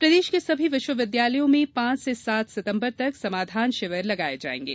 समाधान शिविर प्रदेश के सभी विश्वविद्यालयों में पांच से सात सिंतबर तक समाधान शिविर लगाये जायेगे